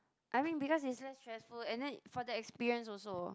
I mean because it's less stressful and then for the experience also